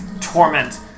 torment